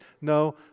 No